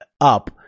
up